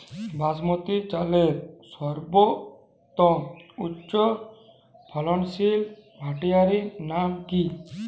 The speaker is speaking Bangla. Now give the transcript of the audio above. বাসমতী চালের সর্বোত্তম উচ্চ ফলনশীল ভ্যারাইটির নাম কি?